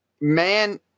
man